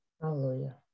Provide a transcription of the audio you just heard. Hallelujah